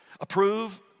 Approve